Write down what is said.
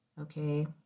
okay